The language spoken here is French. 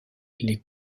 les